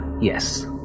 yes